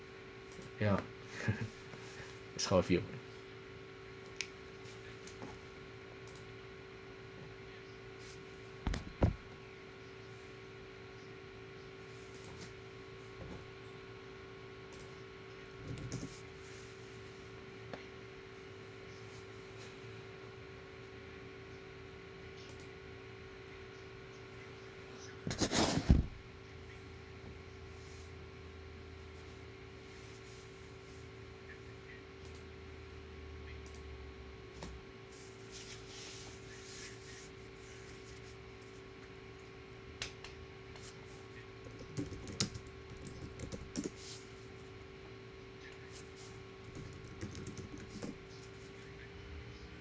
ya it's all of you